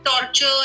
torture